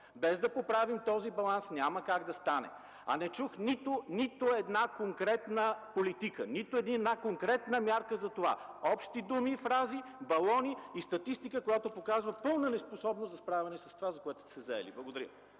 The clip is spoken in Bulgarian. Без да поправим този баланс, няма как да стане! А не чух нито една конкретна политика, нито една конкретна мярка за това. Общи думи и фрази, балони и статистика, която показва пълна неспособност за справяне с това, с което сте се заели. Благодаря.